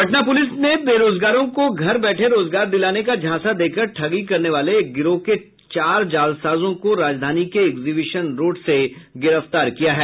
Patna police ने बेरोजगारों को घर बैठे रोजगार दिलाने का झांसा देकर ठगी करने वाले एक गिरोह के चार जालसाजों को राजधानी के एग्जीबिशन रोड से गिरफ्तार किया है